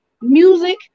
Music